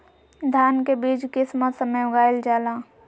धान के बीज किस मौसम में उगाईल जाला?